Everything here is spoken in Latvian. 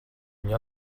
viņu